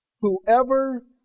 Whoever